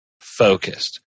focused